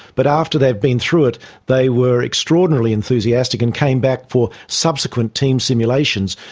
but after they'd been through it they were extraordinarily enthusiastic and came back for subsequent team simulations.